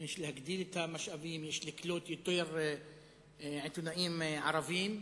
להגדיל את המשאבים, יש לקלוט יותר עיתונאים ערבים,